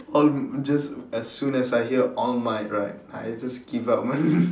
oh just as soon as I hear all might right I just give up